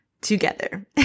together